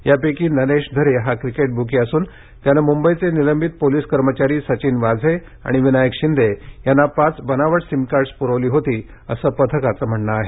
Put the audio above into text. यापैकी नरेश धरे हा cricket bookie असून त्यानं मुंबईचे निलंबित पोलिस कर्मचारी सचिन वाझे आणि विनायक शिंदे यांना पाच बनावट सिम कार्ड्स प्रवली होती असं पथकाचं म्हणणं आहे